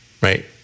right